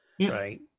right